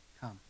come